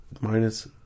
minus